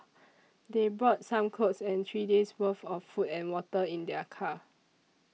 they brought some clothes and three days' worth of food and water in their car